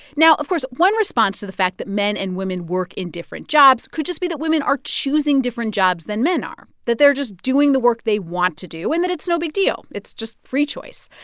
now, of course, one response to the fact that men and women work in different jobs could just be that women are choosing different jobs than men are, that they're just doing the work they want to do and that it's no big deal. it's just free choice.